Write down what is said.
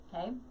okay